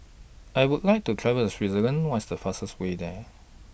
I Would like to travel to Switzerland What's The fastest Way There